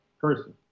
person